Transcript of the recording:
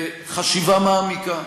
בחשיבה מעמיקה,